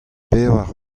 pevar